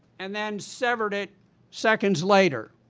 and then severed it seconds later!